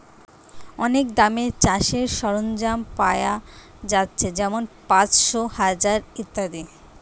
অনেক দামে চাষের সরঞ্জাম পায়া যাচ্ছে যেমন পাঁচশ, হাজার ইত্যাদি